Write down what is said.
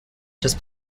just